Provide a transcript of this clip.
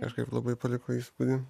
kažkaip labai paliko įspūdį